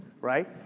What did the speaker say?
Right